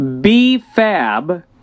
B-Fab